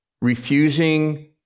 refusing